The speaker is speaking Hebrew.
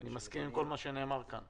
אני מסכים עם כל מה שנאמר כאן.